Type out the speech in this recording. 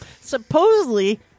Supposedly